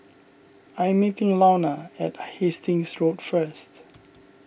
I'm meeting Launa at Hastings Road first